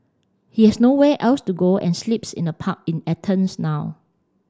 he has nowhere else to go and sleeps in a park in Athens now